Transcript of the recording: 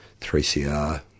3CR